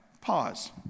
Pause